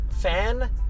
fan